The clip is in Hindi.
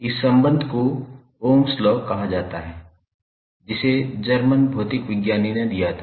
इस संबंध को ओह्म लॉ कहा जाता है जिसे जर्मन भौतिक विज्ञानी ने दिया था